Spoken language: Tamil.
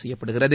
செய்யப்படுகிறது